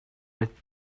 with